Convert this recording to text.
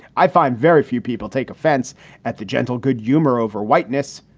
i find very few people take offense at the gentle good humor over whiteness.